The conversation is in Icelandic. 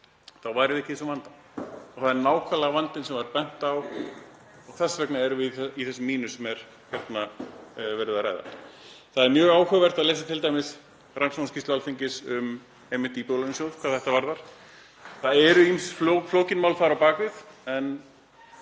þá værum við ekki í þessum vanda. Þetta er nákvæmlega vandinn sem var bent á og þess vegna erum við í þessum mínus sem er verið að ræða. Það er mjög áhugavert að lesa t.d. rannsóknarskýrslu Alþingis um Íbúðalánasjóð hvað þetta varðar. Það eru ýmis flókin mál þar á bak við